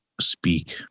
speak